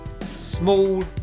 small